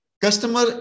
Customer